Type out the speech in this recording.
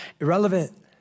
irrelevant